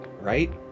right